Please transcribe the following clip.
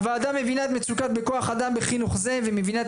הוועדה מבינה את המצוקה בכוח אדם בחינוך זה ומבינה את